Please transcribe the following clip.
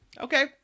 Okay